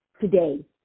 today